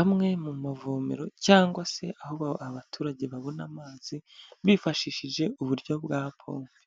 Amwe mu mavomero cyangwa se aho abaturage babona amazi bifashishije uburyo bwa pompe,